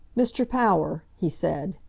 mr. power, he said,